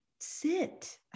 sit